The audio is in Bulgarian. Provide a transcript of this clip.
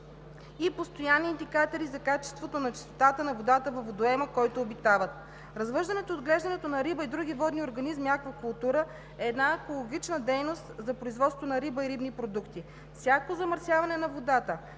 и постоянни индикатори за качеството на чистотата на водата във водоема, който обитават. Развъждането и отглеждането на риба, други водни организми и аквакултури е една екологична дейност за производство на риба и рибни продукти. Всяко замърсяване на водата,